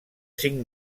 cinc